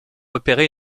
opérer